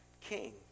king